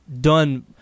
done